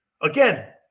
Again